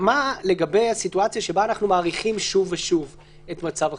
מה לגבי הסיטואציה שבה אנחנו מאריכים שוב ושוב את מצב החירום.